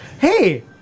Hey